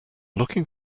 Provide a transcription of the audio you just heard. looking